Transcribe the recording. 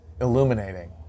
illuminating